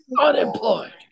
Unemployed